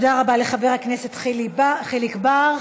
תודה רבה לחבר הכנסת חיליק בר.